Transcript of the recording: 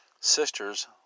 Sisters